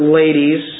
ladies